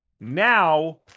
Now